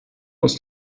aus